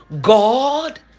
God